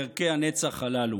לערכי הנצח הללו.